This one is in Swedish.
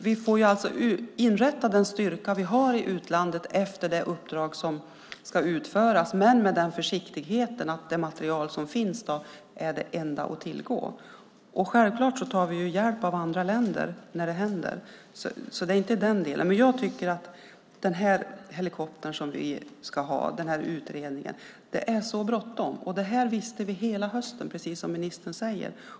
Vi får inrätta den styrka vi har i utlandet efter det uppdrag som ska utföras, men med den försiktigheten att det material som finns är det enda som finns att tillgå. Självklart tar vi hjälp av andra länder när något händer. Det handlar alltså inte om det. Men jag tycker att det är så bråttom med utredningen och den här helikoptern som vi ska ha. Det visste vi hela hösten, precis som ministern säger.